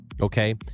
okay